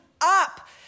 up